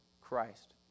Christ